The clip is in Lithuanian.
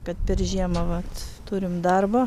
kad per žiemą vat turim darbą